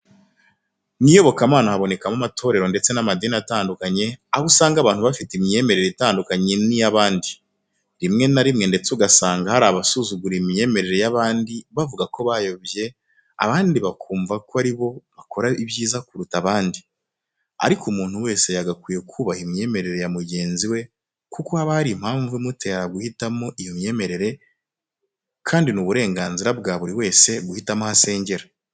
Mu iyobokamana habonekamo amatorero ndetse n'amadini atandukanye, aho usanga abantu bafite imyemerere itandukanye n'iy'abandi. Rimwe na rimwe ndetse ugasanga hari abasuzugura imyemerere y'abandi bavugako bayobye, abandi bakumva ko aribo bakora ibyiza kuruta abandi. Ariko umuntu wese yagakwiye kubaha imyemerere ya mugenzi we kuko haba hari impamvu imutera guhitamo iyo myemerere kandi ni uburenganzira bwa buri wese guhitamo aho asengera.